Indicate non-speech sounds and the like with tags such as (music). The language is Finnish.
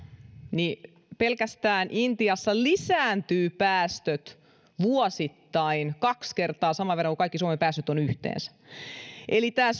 niin pelkästään intiassa lisääntyvät päästöt vuosittain kaksi kertaa saman verran kuin kaikki suomen päästöt ovat yhteensä eli tämä (unintelligible)